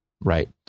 Right